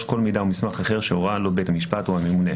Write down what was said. כל מידע או מסמך אחר שהורה לו בית המשפט או הממונה.